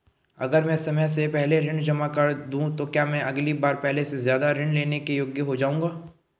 अगर मैं समय से पहले ऋण जमा कर दूं तो क्या मैं अगली बार पहले से ज़्यादा ऋण लेने के योग्य हो जाऊँगा?